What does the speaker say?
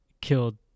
killed